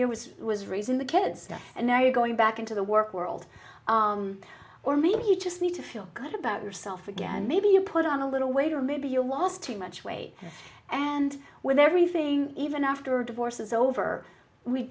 was was raising the kids and now you're going back into the work world or maybe you just need to feel good about yourself again maybe you put on a little weight or maybe you lost too much weight and with everything even after divorce is over we